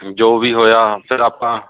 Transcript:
ਜੋ ਵੀ ਹੋਇਆ ਫਿਰ ਆਪਾਂ